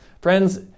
Friends